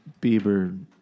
Bieber